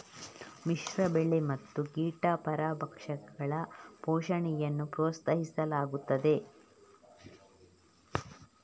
ಮಿಶ್ರ ಬೆಳೆ ಮತ್ತು ಕೀಟ ಪರಭಕ್ಷಕಗಳ ಪೋಷಣೆಯನ್ನು ಪ್ರೋತ್ಸಾಹಿಸಲಾಗುತ್ತದೆ